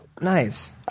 Nice